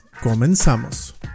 comenzamos